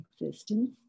existence